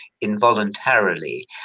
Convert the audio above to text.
involuntarily